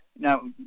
Now